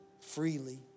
freely